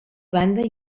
banda